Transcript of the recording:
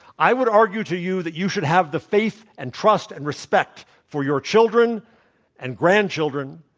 i would argue to you that you should have the faith, and trust, and respect for your children and grandchildren,